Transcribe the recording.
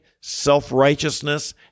self-righteousness